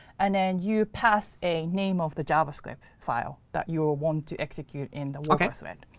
and then you pass a name of the javascript file that you ah want to execute in the worker thread.